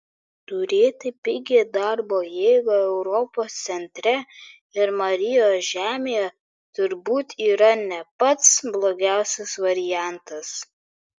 turėti pigią darbo jėgą europos centre ir marijos žemėje turbūt yra ne pats blogiausias variantas